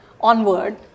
onward